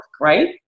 right